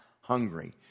hungry